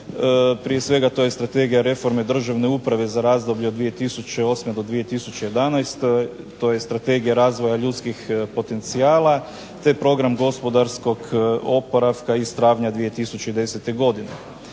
Prije svega to je Strategija reforme državne uprave za razdoblje od 2008. do 2011., to je Strategija razvoja ljudskih potencijala te Program gospodarskog oporavka iz travnja 2010. godine.